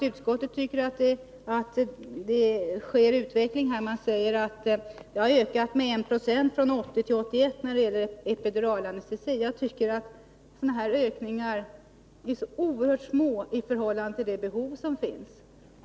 Utskottet tycker att det sker en utveckling — man säger att användningen av epiduralanestesi har ökat med 190 från 1980 till 1981. Jag anser att en sådan ökning är oerhört liten i förhållande till de behov som finns.